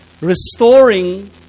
Restoring